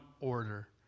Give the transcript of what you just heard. order